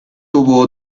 tuvo